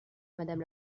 madame